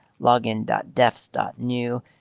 login.defs.new